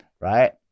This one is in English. Right